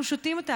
אנחנו שותים אותם.